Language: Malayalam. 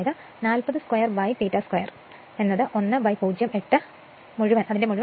അതിനാൽ 40 സ്ക്വയർ ∅ സ്ക്വയർ 1 0